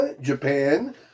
Japan